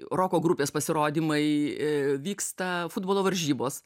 roko grupės pasirodymai vyksta futbolo varžybos